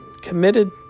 committed